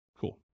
Cool